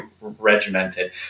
regimented